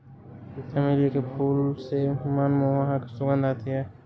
चमेली के फूल से मनमोहक सुगंध आती है